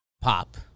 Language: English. Pop